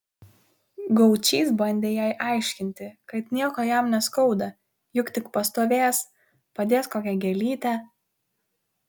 gaučys bandė jai aiškinti kad nieko jam neskauda juk tik pastovės padės kokią gėlytę